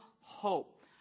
hope